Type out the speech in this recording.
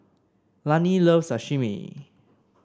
Lani loves Sashimi